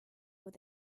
with